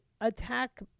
attack